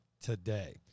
today